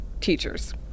teachers